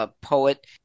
poet